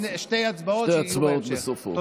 שתי הצבעות בסופו, כן.